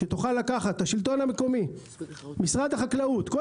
שתוכל לקחת את השלטון המקומי; את משרד החקלאות כל